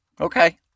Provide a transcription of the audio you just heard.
Okay